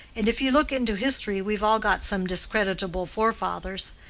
and if you look into history we've all got some discreditable forefathers.